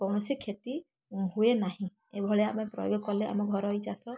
କୌଣସି କ୍ଷତି ହୁଏ ନାହିଁ ଏ ଭଳିଆ ଆମେ ପ୍ରୟୋଗ କଲେ ଆମ ଘରୋଇ ଚାଷ